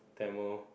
Tamil